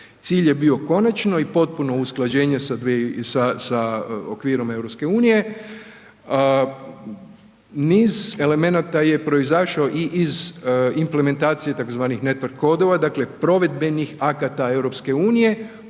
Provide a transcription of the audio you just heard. Cilj je bio konačno i potpuno usklađenje sa okvirom EU-a, niz elemenata je proizašao i iz implementacije tzv. network kodova, dakle provedbenih akata EU-a